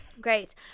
Great